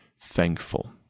thankful